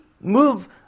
move